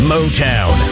Motown